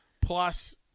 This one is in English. plus